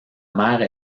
mère